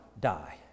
die